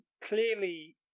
clearly